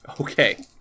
okay